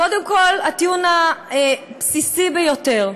קודם כול, הטיעון הבסיסי ביותר,